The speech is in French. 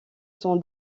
son